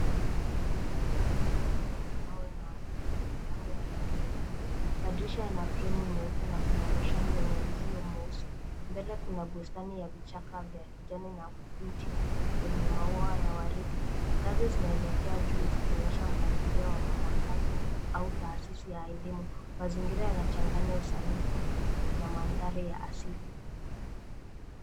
Jengo la ghorofa limejengwa kwa mawe na lina milango ya rangi nyekundu. Madirisha yana fremu nyeupe na kuna ruzani yenye uzio mweusi. Mbele kuna bustani ya vichaka vya kijani na mti wenye maua ya waridi. Ngazi zinaelekea juu zikionyesha mpangilio wa makazi au taasisi ya elimu. Mazingira yanachanganya usanifu na mandhari ya asili.